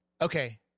Okay